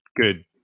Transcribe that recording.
good